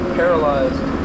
paralyzed